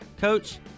Coach